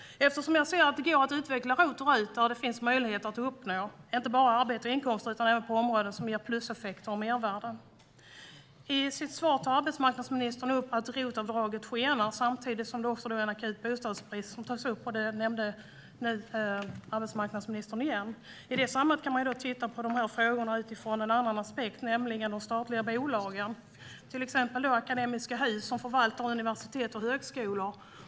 Jag ser att det går att utveckla ROT och RUT. Där finns det möjligheter att uppnå inte bara arbete och inkomster utan även pluseffekter och mervärden. I sitt svar tar arbetsmarknadsministern upp att ROT-avdraget skenar samtidigt som det är en akut bostadsbrist. Det nämnde arbetsmarknadsministern nu igen. I det sammanhanget kan man titta på de här frågorna utifrån en annan aspekt, nämligen den som handlar om de statliga bolagen, till exempel Akademiska Hus. Akademiska Hus förvaltar universitet och högskolor.